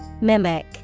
Mimic